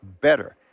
better